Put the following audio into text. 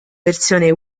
versione